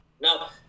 Now